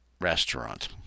restaurant